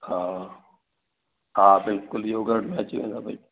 हा हा बिलकुलु योगर्ट अची वेंदो आहे